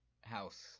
House